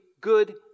good